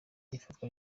ifatwa